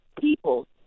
people